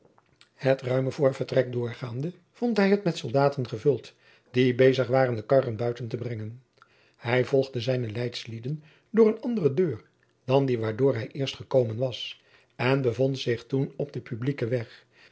het ruime voorvertrek doorgaande vond hij het met jacob van lennep de pleegzoon soldaten gevuld die bezig waren de karren buiten te brengen hij volgde zijne leidslieden door eene andere deur dan die waardoor hij eerst gekomen was en bevond zich toen op den publieken weg